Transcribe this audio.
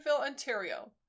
Ontario